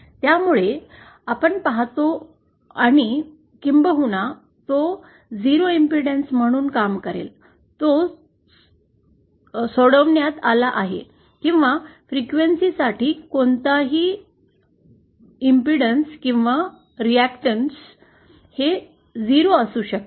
त्यामुळे आपण पाहतो आणि किंबहुना तो 0 अडथळा म्हणून काम करेल जो सोडवण्यात आला आहे विशिष्ट फ्रिक्वेन्सीसाठी कोणताही अडथळा किंवा प्रतिक्रिया हे 0 असू शकत